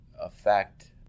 affect